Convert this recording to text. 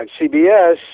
CBS